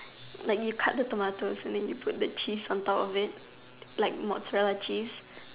like you cut the tomatoes and then you put the cheese on top of it like mozzarella cheese